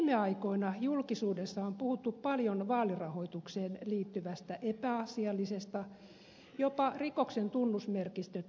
viime aikoina julkisuudessa on puhuttu paljon vaalirahoitukseen liittyvästä epäasiallisesta jopa rikoksen tunnusmerkistöt täyttävästä toiminnasta